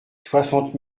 soixante